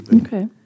Okay